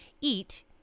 eat